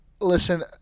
Listen